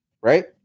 right